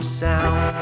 sound